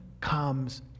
comes